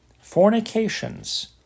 fornications